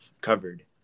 covered